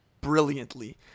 brilliantly